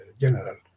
general